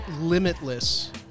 limitless